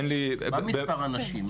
מה מספר הנשים?